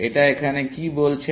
এটা এখানে কি বলছে